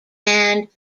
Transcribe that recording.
band